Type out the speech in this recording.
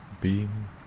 beam